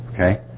Okay